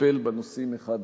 לטפל בנושאים אחד-אחד.